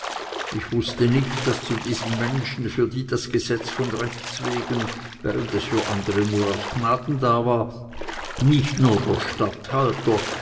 ich wußte nicht daß zu diesen menschen für die das gesetz von rechtswegen während es für andere nur aus gnaden da war nicht nur der